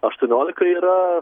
aštuoniolika yra